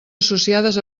associades